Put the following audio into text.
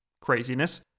craziness